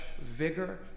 vigor